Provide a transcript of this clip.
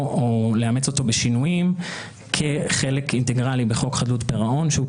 או לאמץ אותו בשינויים כחלק אינטגרלי בחוק חדלות פירעון שהוא,